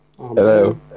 hello